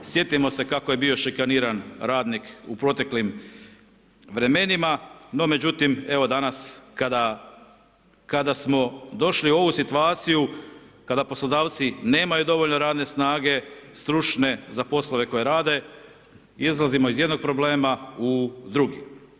Sjetimo se kako je bio šikaniran radnik u proteklim vremenima, no međutim evo danas kada smo došli u ovu situaciju, kada poslodavci nemaju dovoljno radne snage, stručne za poslove koje rade, izlazimo iz jednog problema u drugi.